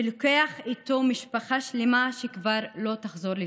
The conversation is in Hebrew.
ולוקח איתו משפחה שלמה שכבר לא תחזור לתפקד.